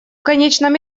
конечном